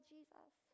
Jesus